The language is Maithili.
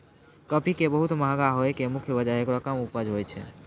काफी के बहुत महंगा होय के मुख्य वजह हेकरो कम उपज होय छै